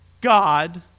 God